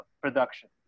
production